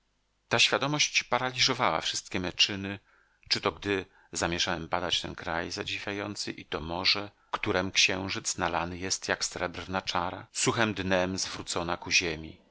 ta świadomość paraliżowała wszystkie me czyny czy to gdy zamierzałem badać ten kraj zadziwiający i to morze którem księżyc nalany jest jak srebrna czara suchem dnem zwrócona ku ziemi